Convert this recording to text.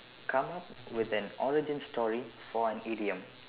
come up with an origin story for an idiom